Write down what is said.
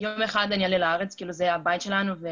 שיום אחד אני אעלה לארץ כי זה הבית שלנו.